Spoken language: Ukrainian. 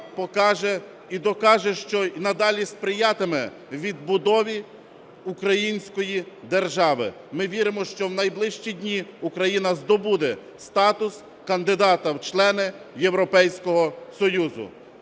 покаже і докаже, що і надалі сприятиме відбудові української держави. Ми віримо, що в найближчі дні Україна здобуде статус кандидата в члени Європейського Союзу.